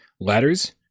Ladders